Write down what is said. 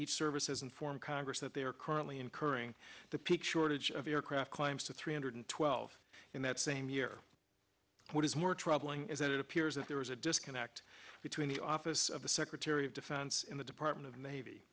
each services inform congress that they are currently incurring the peak shortage of aircraft climbs to three hundred twelve in that same year what is more troubling is that it appears that there was a disconnect between the office of the secretary of defense in the department of navy